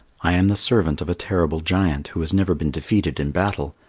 i am the servant of a terrible giant, who has never been defeated in battle.